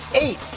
eight